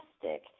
fantastic